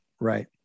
right